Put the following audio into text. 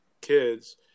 kids